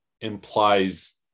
implies